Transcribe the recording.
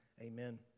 Amen